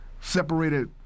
separated